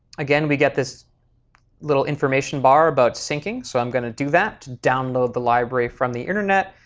again, we get this little information bar about syncing. so i'm going to do that, download the library from the internet,